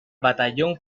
batallón